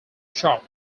shop